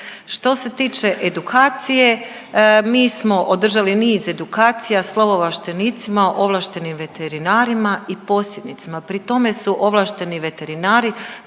Što se tiče edukacije, mi smo održali niz edukacija sa ovlaštenicima, ovlaštenim veterinarima i posjednicima. Pri tome su ovlašteni veterinari